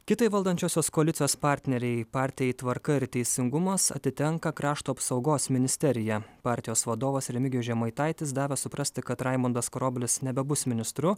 kitai valdančiosios koalicijos partneriai partijai tvarka ir teisingumas atitenka krašto apsaugos ministerija partijos vadovas remigijus žemaitaitis davė suprasti kad raimundas karoblis nebebus ministru